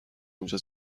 اونجا